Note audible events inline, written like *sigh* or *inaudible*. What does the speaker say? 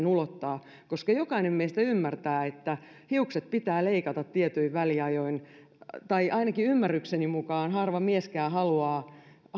*unintelligible* ulottaa koska jokainen meistä ymmärtää että hiukset pitää leikata tietyin väliajoin tai ainakin ymmärrykseni mukaan harva mieskään haluaa